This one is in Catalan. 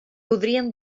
podríem